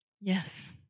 Yes